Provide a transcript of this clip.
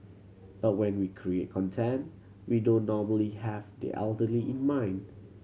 but when we create content we don't normally have the elderly in mind